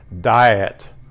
diet